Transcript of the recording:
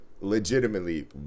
legitimately